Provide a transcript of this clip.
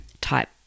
type